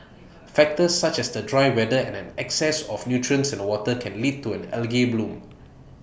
factors such as the dry weather and an excess of nutrients in the water can lead to an algae bloom